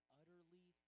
utterly